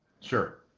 Sure